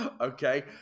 okay